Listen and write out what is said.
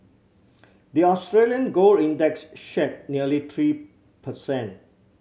the Australian gold index shed nearly three per cent